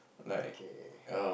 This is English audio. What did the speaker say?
okay